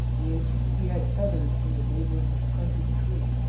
which he had tethered to a neighbouring stunted tree,